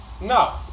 No